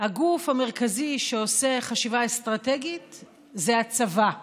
הגוף המרכזי שעושה חשיבה אסטרטגית זה הצבא.